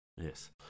yes